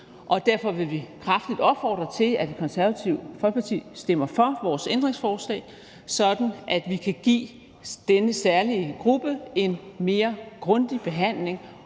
Derfor vil vi kraftigt opfordre til, at Det Konservative Folkeparti stemmer for vores ændringsforslag, sådan at vi kan give denne særlige gruppe en mere grundig behandling